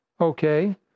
Okay